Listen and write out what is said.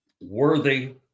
worthy